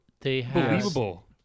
believable